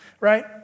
right